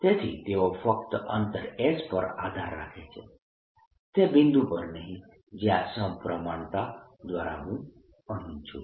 તેથી તેઓ ફક્ત અંતર S પર આધાર રાખે છે તે બિંદુ પર નહીં જ્યાં સપ્રમાણતા દ્વારા હું અહીં છું